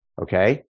okay